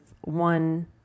one